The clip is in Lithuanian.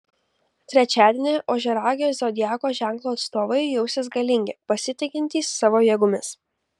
trečiadienį ožiaragio zodiako ženklo atstovai jausis galingi pasitikintys savo jėgomis